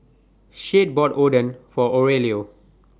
Shade bought Oden For Aurelio